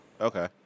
Okay